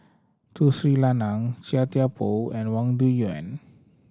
Tun Sri Lanang Chia Thye Poh and Wang Dayuan